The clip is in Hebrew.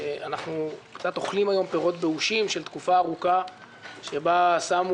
אנחנו קצת אוכלים היום פירות באושים של תקופה ארוכה שבה שמו